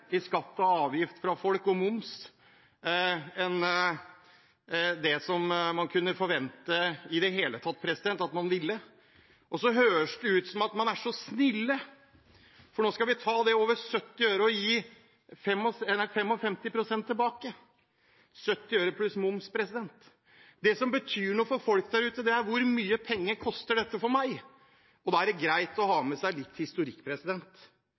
og moms fra folk enn det man i det hele tatt kunne forvente at man ville. Og så høres det ut som om man er så snille, for nå skal man gi 55 pst. tilbake på det som er over 70 øre – 70 øre pluss moms. Det som betyr noe for folk der ute, er hvor mye det koster for hver enkelt. Da er det greit å ha med seg litt historikk.